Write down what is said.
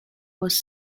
was